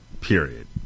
Period